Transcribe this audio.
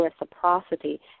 reciprocity